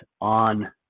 on